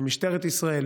למשטרת ישראל